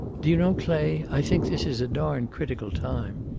do you know, clay, i think this is a darned critical time.